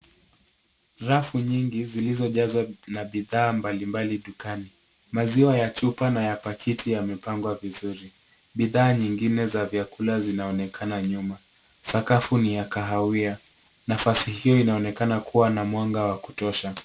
Rafu nyingi zilizojazwa na bidhaa mbalimbali dukani. Maziwa ya chupa na ya paketi yamepangwa vizuri. Bidhaa nyingine za vyakula zinaonekana nyuma. Sakafu ni ya kahawia. Nafasi hiyo inaonekana kuwa na mwanga wa kutosha.